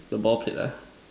the ball pit lah